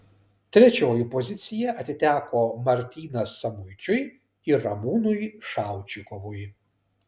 trečioji pozicija atiteko martynas samuičiui ir ramūnui šaučikovui